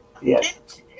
Yes